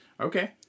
Okay